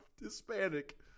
Hispanic